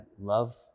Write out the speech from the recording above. love